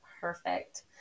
Perfect